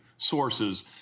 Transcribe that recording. sources